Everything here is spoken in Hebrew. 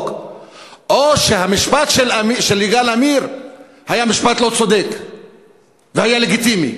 או שהמשפט של יגאל עמיר היה משפט לא צודק וזה היה לגיטימי.